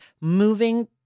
moving